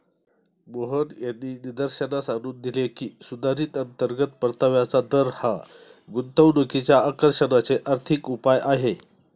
मोहन यांनी निदर्शनास आणून दिले की, सुधारित अंतर्गत परताव्याचा दर हा गुंतवणुकीच्या आकर्षणाचे आर्थिक उपाय आहे